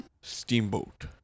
Steamboat